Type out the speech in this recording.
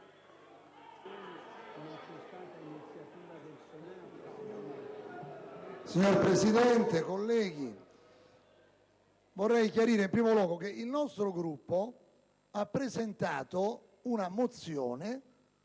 Signor Presidente, onorevoli colleghi, vorrei chiarire in primo luogo che il nostro Gruppo ha presentato una mozione